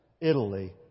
Italy